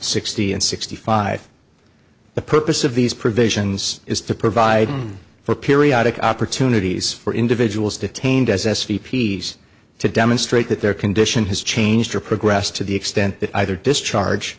sixty and sixty five the purpose of these provisions is to provide for periodic opportunities for individuals detained as s v p to demonstrate that their condition has changed or progressed to the extent that either discharge